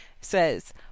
says